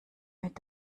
mit